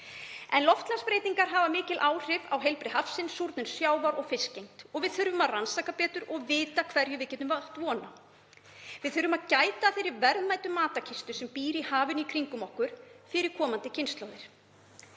Loftslagsbreytingar hafa mikil áhrif á heilbrigði hafsins, súrnun sjávar og fiskgengd og við þurfum að rannsaka betur og vita hverju við getum átt von á. Við þurfum að gæta að þeirri verðmætu matarkistu sem býr í hafinu í kringum okkur fyrir komandi kynslóðir.